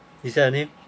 is that her name